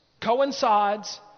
coincides